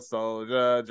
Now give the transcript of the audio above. Soldier